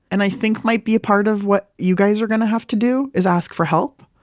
and i think might be a part of what you guys are going to have to do, is ask for help,